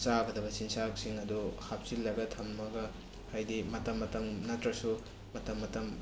ꯆꯥꯒꯗꯕ ꯆꯤꯟꯖꯥꯛꯁꯤꯡ ꯑꯗꯨ ꯍꯥꯞꯆꯤꯜꯂꯒ ꯊꯝꯃꯒ ꯍꯥꯏꯗꯤ ꯃꯇꯝ ꯃꯇꯝ ꯅꯠꯇ꯭ꯔꯁꯨ ꯃꯇꯝ ꯃꯇꯝ